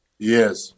Yes